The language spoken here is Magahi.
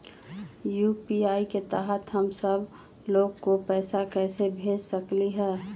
यू.पी.आई के तहद हम सब लोग को पैसा भेज सकली ह?